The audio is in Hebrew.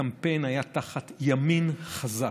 הקמפיין היה תחת "ימין חזק".